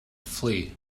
flee